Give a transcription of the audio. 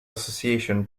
association